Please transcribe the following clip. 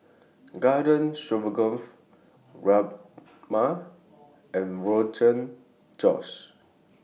Garden Stroganoff Rajma and Rogan Josh